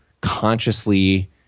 consciously